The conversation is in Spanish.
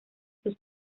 sus